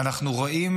ואנחנו רואים